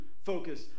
focus